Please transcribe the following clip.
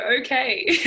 okay